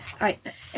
right